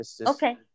Okay